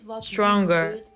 stronger